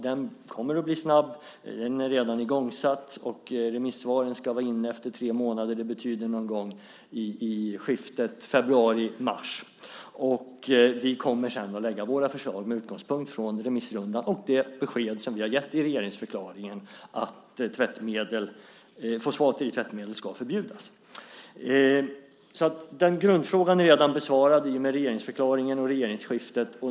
Den kommer att bli snabb. Den är redan igångsatt. Remissvaren ska vara inne efter tre månader. Det betyder någon gång i skiftet februari/mars. Vi kommer sedan att lägga fram våra förslag med utgångspunkt i remissrundan och det besked vi har gett i regeringsförklaringen att fosfater i tvättmedel ska förbjudas. Grundfrågan är redan besvarad i och med regeringsskiftet och regeringsförklaringen.